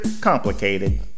complicated